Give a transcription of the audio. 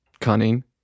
cunning